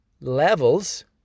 levels